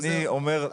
אני אומר מה שדובר.